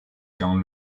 quand